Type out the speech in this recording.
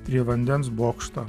prie vandens bokšto